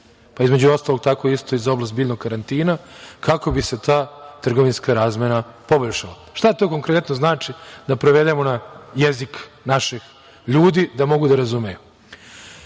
pa između ostalog tako isto i za oblast biljnog karantina, kako bi se ta trgovinska razmena poboljšala. Šta to konkretno znači, da prevedemo na jezik naših ljudi da mogu da razumeju?